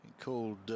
called